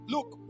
Look